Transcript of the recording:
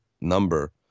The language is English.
number